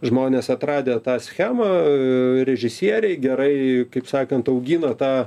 žmonės atradę tą schemą režisieriai gerai kaip sakant augino tą